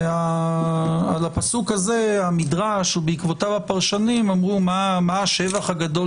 על הפסוק הזה המדרש ובעקבותיו הפרשנים אמרו: מה השבח הגדול